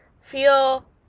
feel